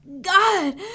God